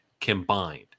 combined